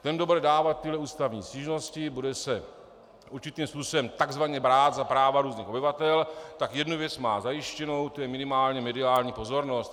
Ten, kdo bude dávat tyhle ústavní stížnosti, bude se určitým způsobem takzvaně brát za práva různých obyvatel, tak jednu věc má zajištěnu, a to je minimálně mediální pozornost.